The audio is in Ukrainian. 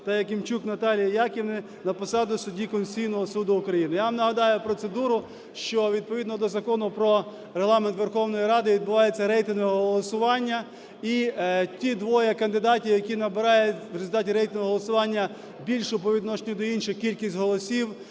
та Якимчук Наталії Яківни на посади суддів Конституційного Суду України. Я вам нагадаю процедуру, що відповідно до Закону про Регламент Верховної Ради відбувається рейтингове голосування. І ті двоє кандидатів, які набирають у результаті рейтингового голосування більшу по відношенню до інших кількість голосів,